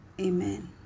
Amen